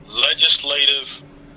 legislative